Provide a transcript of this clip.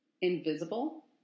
invisible